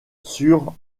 sur